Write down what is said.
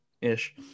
ish